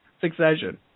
Succession